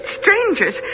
strangers